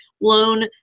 loan